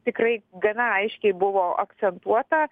tikrai gana aiškiai buvo akcentuota